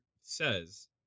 says